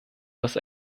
los